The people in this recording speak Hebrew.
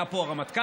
היה פה הרמטכ"ל,